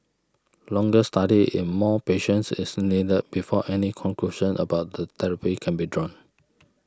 longer study in more patients is needed before any conclusions about the therapy can be drawn